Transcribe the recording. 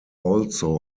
also